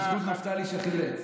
נפתלי שחילץ